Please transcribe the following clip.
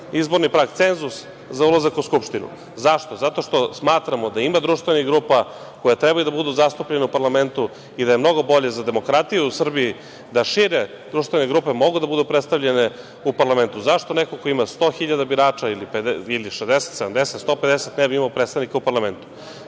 izborni prag, cenzus, za ulazak u Skupštinu.Zašto? Zato što smatramo da ima društvenih grupa koje treba da budu zastupljene u parlamentu i da je mnogo bolje za demokratiju u Srbiji, da šire društvene grupe mogu da budu predstavljene u parlamentu.Zašto, neko ko ima 100 hiljada birača ili 60-70, 150 ne bi imao predstavnika u parlamentu.